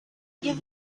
give